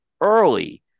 early